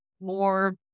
more